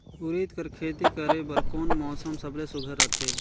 उरीद कर खेती करे बर कोन मौसम सबले सुघ्घर रहथे?